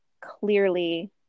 Clearly